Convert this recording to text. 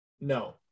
No